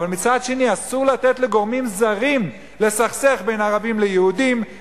אבל מצד שני אסור לתת לגורמים זרים לסכסך בין ערבים ליהודים,